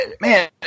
Man